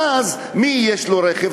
ואז, מי יש לו רכב?